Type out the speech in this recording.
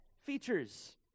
Features